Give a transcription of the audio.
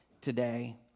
today